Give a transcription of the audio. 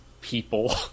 people